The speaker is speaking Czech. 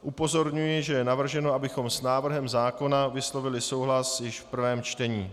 Upozorňuji, že je navrženo, abychom s návrhem zákona vyslovili souhlas již v prvém čtení.